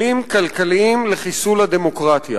כלים כלכליים לחיסול הדמוקרטיה.